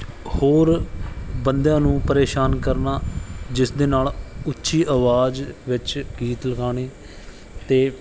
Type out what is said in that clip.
ਹੋਰ ਬੰਦਿਆਂ ਨੂੰ ਪਰੇਸ਼ਾਨ ਕਰਨਾ ਜਿਸ ਦੇ ਨਾਲ ਉੱਚੀ ਆਵਾਜ਼ ਵਿੱਚ ਗੀਤ ਲਗਾਉਣੇ ਅਤੇ